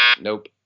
Nope